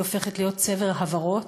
היא הופכת להיות צבר הברות.